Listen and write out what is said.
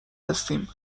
هستیم